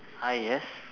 hi yes